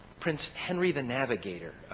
prince henry the navigator,